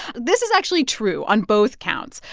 this is actually true on both counts.